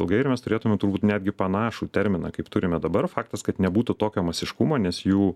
ilgai ir mes turėtume turbūt netgi panašų terminą kaip turime dabar faktas kad nebūtų tokio masiškumo nes jų